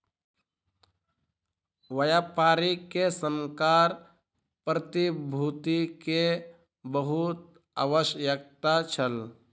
व्यापारी के संकर प्रतिभूति के बहुत आवश्यकता छल